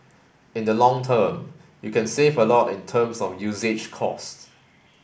in the long term you can save a lot in terms of usage cost